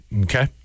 okay